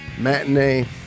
matinee